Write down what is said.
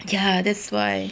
ya that's why